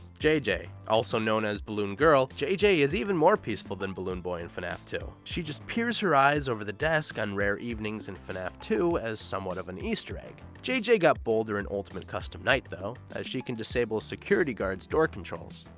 jj. also known as balloon girl, jj is even more peaceful than balloon boy in fnaf two. she just peers her eyes over the desk on rare evenings in fnaf two as somewhat of an easter egg. jj got bolder in ultimate custom night though, as she can disable a security guard's door controls.